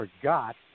forgot